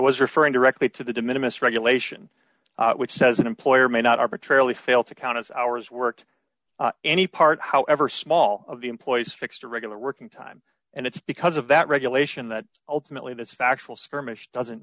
was referring directly to the de minimus regulation which says an employer may not arbitrarily fail to count as hours worked any part however small of the employees fixed a regular working time and it's because of that regulation that ultimately that's factual skirmish doesn't